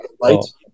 lights